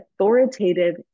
authoritative